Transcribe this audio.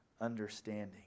understanding